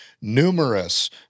numerous